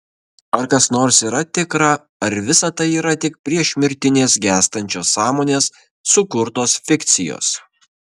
ar kas nors yra tikra ar visa tai yra tik priešmirtinės gęstančios sąmonės sukurtos fikcijos